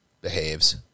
behaves